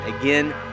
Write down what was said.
again